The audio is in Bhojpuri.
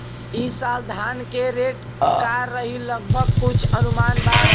ई साल धान के रेट का रही लगभग कुछ अनुमान बा?